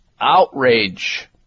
outrage